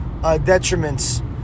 detriments